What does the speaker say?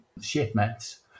shipments